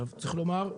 צריך לומר,